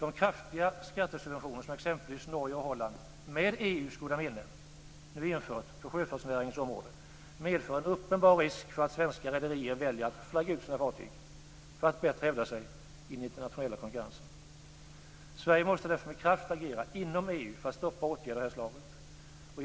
De kraftiga skattesubventioner som exempelvis Norge och Holland, med EU:s goda minne, nu infört på sjöfartsnäringens område medför en uppenbar risk för att svenska rederier väljer att flagga ut sina fartyg för att bättre hävda sig i den internationella konkurrensen. Sverige måste därför med kraft agera inom EU för att stoppa åtgärder av det här slaget.